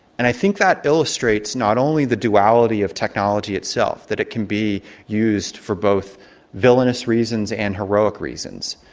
and i think that illustrates not only the duality of technology itself, that it can be used for both villainous reasons and heroic reasons,